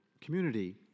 community